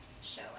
show